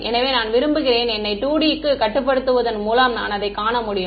எனவே நான் விரும்புகிறேன் என்னை 2D க்கு கட்டுப்படுத்துவதன் மூலம் நான் அதை காண முடியும்